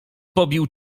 pobił